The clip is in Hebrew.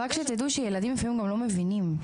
רק שתדעו שילדים לפעמים לא מבינים.